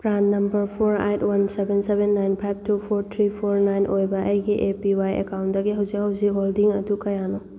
PRAN number four eight one seven seven nine five two four three four nine ꯑꯣꯏꯕ ꯑꯩꯒꯤ A P Y ꯑꯦꯀꯥꯎꯟꯗꯒꯤ ꯍꯧꯖꯤꯛ ꯍꯧꯖꯤꯛ holding ꯑꯗꯨ ꯀꯌꯥꯅꯣ